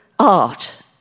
Art